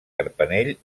carpanell